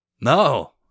No